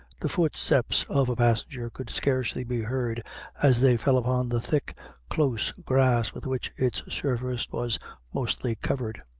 the footsteps of a passenger could scarcely be heard as they fell upon the thick close grass with which its surface was mostly covered.